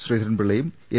ശ്രീധരൻപിള്ളയും N